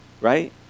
right